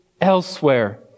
elsewhere